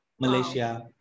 Malaysia